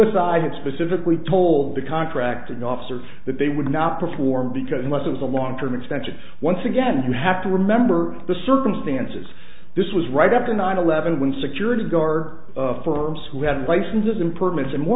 had specifically told the contracting officer that they would not perform because unless it was a long term extension once again you have to remember the circumstances this was right after nine eleven when security guard firms who had licenses and permits and more